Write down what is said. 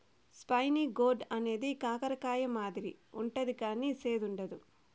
spiny gourd అనేది కాకర కాయ మాదిరి ఉంటది కానీ సేదు ఉండదు